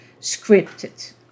scripted